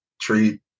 treat